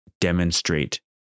demonstrate